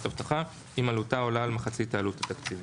אם עלותה עולה על מחצית העלות התקציבית,"